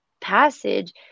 passage